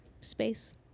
Space